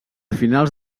finals